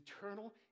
eternal